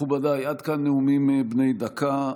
מכובדיי, עד כאן נאומים בני דקה.